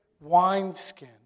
wineskin